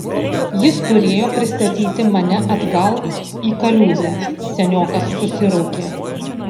jis turėjo pristatyti mane atgal į kaliūzę seniokas susiraukė